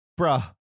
Bruh